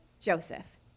Joseph